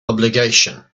obligation